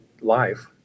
life